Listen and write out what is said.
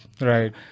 Right